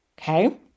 Okay